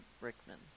Rickman